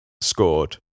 scored